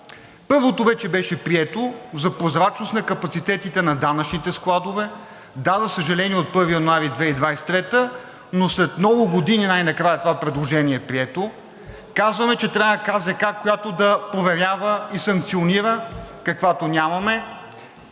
Първото вече беше прието – за прозрачност на капацитетите на данъчните складове. Да, за съжаление, от 1 януари 2023 г., но след много години най-накрая това предложение е прието. Казваме, че трябва КЗК, която да проверява и санкционира, каквато нямаме,